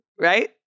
right